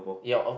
ya or